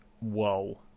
whoa